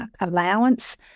allowance